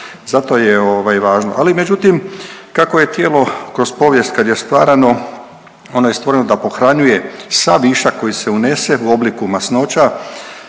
Zato je ovaj važno, ali međutim kako je tijelo kroz povijest kad je stvarano ono je stvoreno da pohranjuje sav višak koji se unese u obliku masnoća